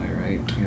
right